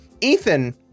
Ethan